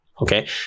Okay